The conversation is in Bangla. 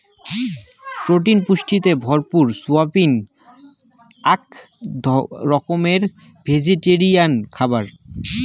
প্রোটিন পুষ্টিতে ভরপুর সয়াবিন আক রকমের ভেজিটেরিয়ান খাবার